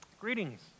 Greetings